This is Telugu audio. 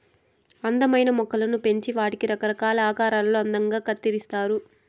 అందమైన మొక్కలను పెంచి వాటిని రకరకాల ఆకారాలలో అందంగా కత్తిరిస్తారు